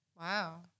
Wow